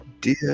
Dear